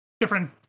different-